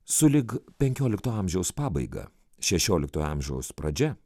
sulig penkiolikto amžiaus pabaiga šešiolikto amžiaus pradžia